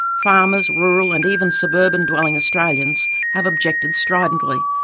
farmers, rural and even suburban dwelling australians have objected stridently,